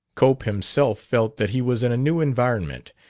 cope himself felt that he was in a new environment,